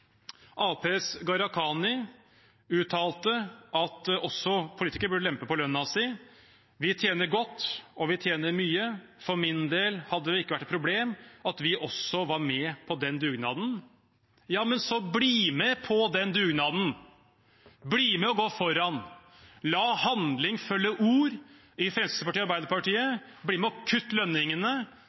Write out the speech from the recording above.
Gharahkhani uttalte at også politikere burde lempe på lønnen sin: «Vi tjener godt, og vi tjener mye. For min del hadde det ikke vært et problem at også vi var med på den dugnaden.» Ja, så bli med på den dugnaden! Bli med og gå foran. La handling følge ord i Fremskrittspartiet og Arbeiderpartiet. Bli med og kutt lønningene,